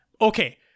Okay